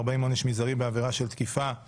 צוהריים טובים.